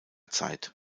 zeit